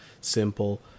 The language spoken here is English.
Simple